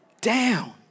down